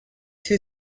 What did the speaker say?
too